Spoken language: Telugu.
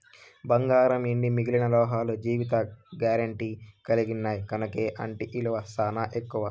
బంగారం, ఎండి మిగిలిన లోహాలు జీవిత గారెంటీ కలిగిన్నాయి కనుకే ఆటి ఇలువ సానా ఎక్కువ